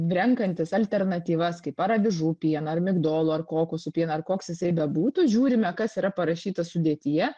renkantis alternatyvas kaip ar avižų pieną ar migdolų ar kokosų pieną ir koks jis bebūtų žiūrime kas yra parašyta sudėtyje